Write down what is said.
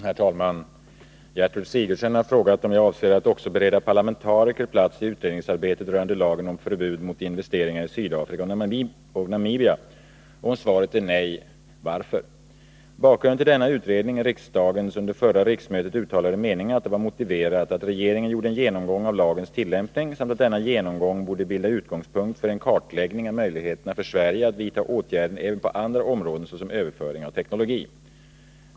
Herr talman! Gertrud Sigurdsen har frågat om jag avser att också bereda parlamentariker plats i utredningsarbetet rörande lagen om förbud mot investeringar i Sydafrika och Namibia, och om svaret är nej — varför. Bakgrunden till denna utredning är riksdagens under förra riksmötet uttalade mening att det var motiverat att regeringen gjorde en genomgång av lagens tillämpning samt att denna genomgång borde bilda utgångspunkt för en kartläggning av möjligheterna för Sverige att vidta åtgärder även på andra områden, såsom överföring av teknologi.